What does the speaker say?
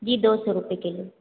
जी दो सौ रुपये किलो